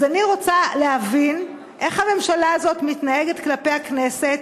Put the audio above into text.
אז אני רוצה להבין איך הממשלה הזאת מתנהגת כלפי הכנסת.